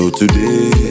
today